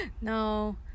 No